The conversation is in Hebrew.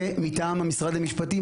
ומטעם משרד המשפטים,